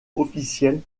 officiels